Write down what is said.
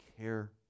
care